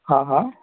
हां हां